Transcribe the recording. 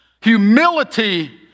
humility